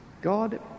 God